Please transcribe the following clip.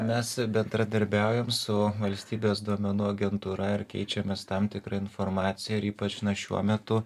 mes bendradarbiaujam su valstybės duomenų agentūra ir keičiamės tam tikra informacija ir ypač na šiuo metu